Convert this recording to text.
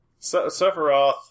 Sephiroth